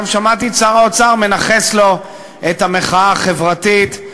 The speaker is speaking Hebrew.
גם שמעתי את שר האוצר מנכס לו את המחאה החברתית.